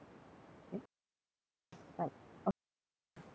okay mm alright okay for ya